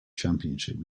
championship